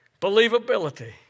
Believability